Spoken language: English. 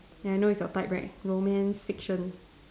ya I know it's your type right romance fiction